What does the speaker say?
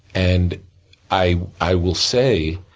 and i i will say,